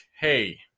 hey